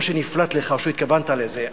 או שנפלט לך או שהתכוונת לזה,